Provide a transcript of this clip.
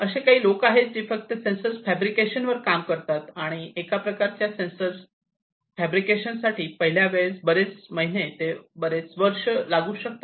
असे काही लोक आहेत की जे फक्त सेन्सर फेब्रिकेशन वर काम करतात आणि एका प्रकारच्या सेन्सर फॅब्रिकेशन साठी पहिल्या वेळेस बरेच महिने ते बरेच वर्ष लागू शकतात